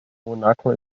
monaco